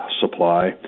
supply